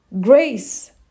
grace